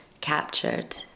captured